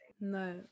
No